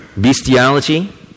bestiality